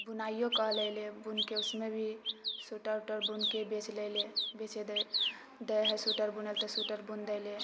बुनाइयो कऽ ले लऽ बुनि कऽ उसमे भी स्वेटर व्येटर बुनिके बेच दे लऽ बेचेले देय है स्वेटर बुने लऽ तऽ बुनि दे लऽ